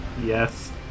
Yes